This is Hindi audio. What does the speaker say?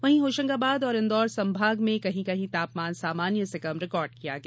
वहीं होशंगाबाद और इंदौर संभागों के जिलों में कहीं कहीं तापमान सामान्य से कम रिकॉर्ड किया गया